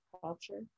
culture